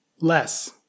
Less